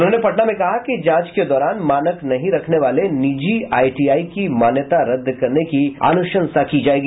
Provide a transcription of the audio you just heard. उन्होंने पटना में कहा कि जांच के दौरान मानक नहीं रखने वाले निजी आईटीआई की मान्यता रद्द करने की अनुशंसा की जायेगी